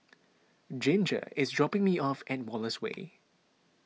Ginger is dropping me off at Wallace Way